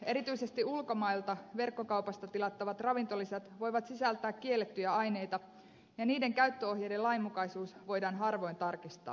erityisesti ulkomailta verkkokaupasta tilattavat ravintolisät voivat sisältää kiellettyjä aineita ja niiden käyttöohjeiden lainmukaisuus voidaan harvoin tarkistaa